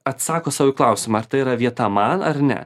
atsako sau į klausimą ar tai yra vieta man ar ne